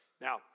Now